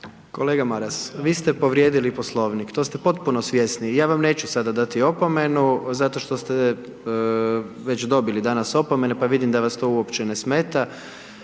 Kolega Maras, vi ste povrijedili poslovnik, to ste potpuno svjesni i ja vam neću sada dati opomenu, zato što ste već dobili danas opomenu, pa vidim da vas to uopće ne smeta,